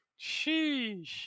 Sheesh